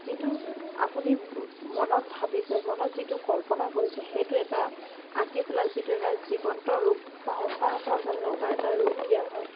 যিটো আপুনি মনত ভাবিছে মনত যিটো কল্পনা কৰিছে সেইটো এটা আঁকি পেলাই যিটো এটা জীৱন্ত ৰূপ বা সঁচা সঁচা যেন লগা এটা ৰূপ দিয়া হয়